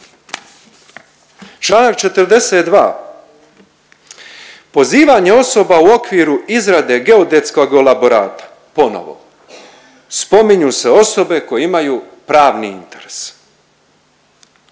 Članak 42. pozivanje osoba u okviru izrade geodetskog elaborata ponovo spominju se osobe koje imaju pravni interes